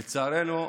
לצערנו,